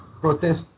protest